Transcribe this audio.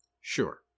Sure